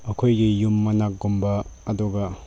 ꯑꯩꯈꯣꯏꯒꯤ ꯌꯨꯝ ꯃꯅꯥꯛꯀꯨꯝꯕ ꯑꯗꯨꯒ